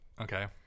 Okay